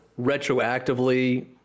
retroactively